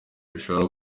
bishobora